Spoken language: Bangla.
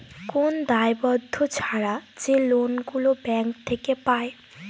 কোন দায়বদ্ধ ছাড়া যে লোন গুলো ব্যাঙ্ক থেকে পায়